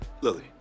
Lily